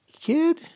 kid